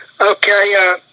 Okay